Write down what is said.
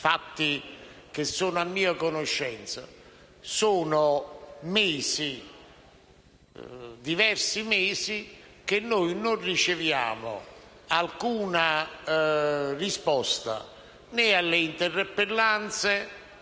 fatti che sono a mia conoscenza. Sono mesi, diversi mesi, che noi non riceviamo alcuna risposta né alle interpellanze,